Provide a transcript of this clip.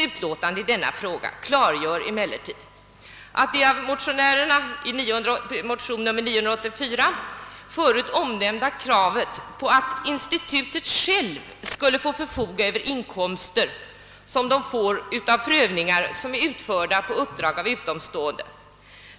I motion II: 948 har motionärerna som nämnts krävt, att institutet självt skall få förfoga över inkomsterna från utförda undersökningar, som gjorts på uppdrag av utomstående.